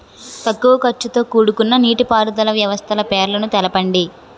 తక్కువ ఖర్చుతో కూడుకున్న నీటిపారుదల వ్యవస్థల పేర్లను తెలపండి?